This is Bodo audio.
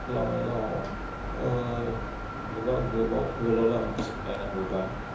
लामायाव एबा गोबाव गोलाव लामा सालायनांगौब्ला